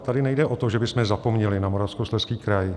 Tady nejde o to, že bychom zapomněli na Moravskoslezský kraj.